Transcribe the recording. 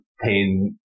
pain